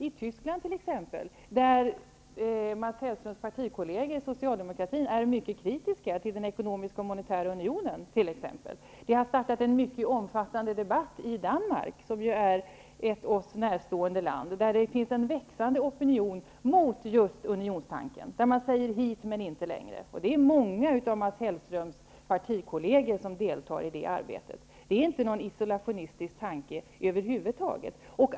I Tyskland t.ex. är Mats Hellströms partivänner mycket kritiska till exempelvis den ekonomiska och monetära unionen. Det har också startats en mycket omfattande debatt i Danmark, som ju är ett oss närstående land. Det förekommer en växande opinion just mot unionstanken. Man säger: Hit men inte längre! Det är många av Mats Hellströms partikolleger som deltar i det arbetet. Detta är över huvud taget inte någon isolationistisk tanke.